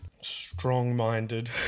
strong-minded